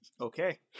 okay